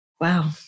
wow